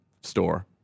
store